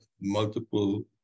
multiple